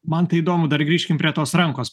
man tai įdomu dar grįžkim prie tos rankos